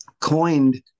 coined